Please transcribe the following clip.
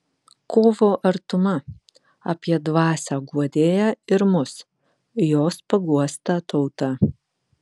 kovo artuma apie dvasią guodėją ir mus jos paguostą tautą